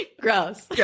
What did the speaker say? Gross